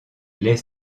les